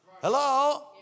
Hello